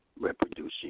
reproducing